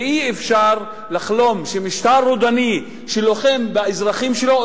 ואי-אפשר לחלום שמשטר רודני שלוחם באזרחים שלו,